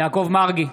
יעקב מרגי,